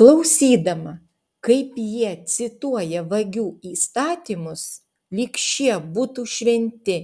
klausydama kaip jie cituoja vagių įstatymus lyg šie būtų šventi